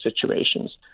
situations